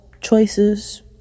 choices